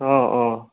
অঁ অঁ